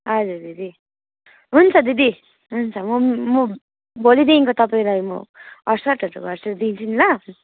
हजुर दिदी हुन्छ दिदी हुन्छ म पनि म भोलिदेखिन्को तपाईँलाई म अड्सठ्ठीहरू गर्छु दिन्छु नि ल